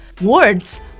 words